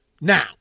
now